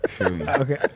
Okay